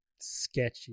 sketchy